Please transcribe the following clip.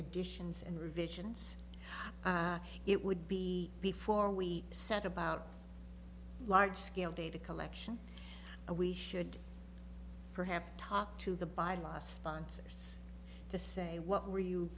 additions and revisions it would be before we set about large scale data collection we should perhaps talk to the by last month's us to say what were you